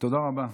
תודה רבה.